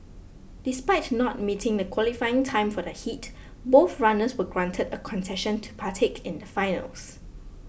despite not meeting the qualifying time for the heat both runners were granted a concession to partake in the finals